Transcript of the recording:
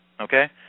Okay